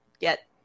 get